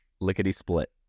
lickety-split